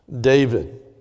David